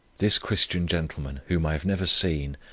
this christian gentleman, whom i have never seen,